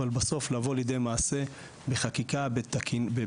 אבל בסוף לבוא לידי מעשים בחקיקה בתקנות,